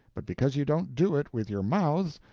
but because you don't do it with your mouths,